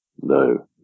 No